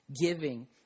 giving